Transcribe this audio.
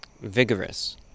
vigorous